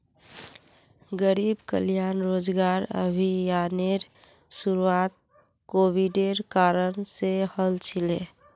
गरीब कल्याण रोजगार अभियानेर शुरुआत कोविडेर कारण से हल छिले